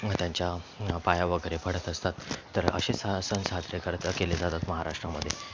मग त्यांच्या पाया वगैरे पडत असतात तर असे स सण साजरे करत केले जातात महाराष्ट्रामध्ये